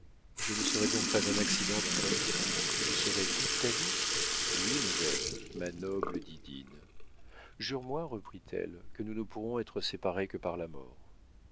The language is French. je ne serai donc pas un accident dans ta vie je serai toute ta vie oui ma belle ma noble didine jure-moi reprit-elle que nous ne pourrons être séparés que par la mort